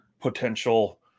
potential